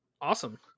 Awesome